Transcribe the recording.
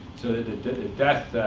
the death